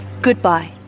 Goodbye